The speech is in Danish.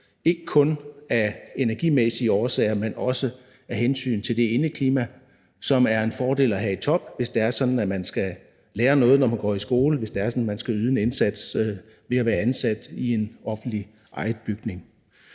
ikke kun af energimæssige årsager, men også af hensyn til det indeklima, som det er en fordel at have i top, hvis det er sådan, at man skal lære noget, når man f.eks. går i skole, eller hvis det er sådan, at man skal yde en indsats som ansat i en offentligt ejet bygning.